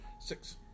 Six